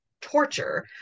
torture